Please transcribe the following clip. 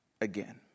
again